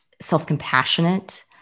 self-compassionate